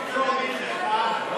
תעבירו בטרומית והוא